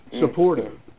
supportive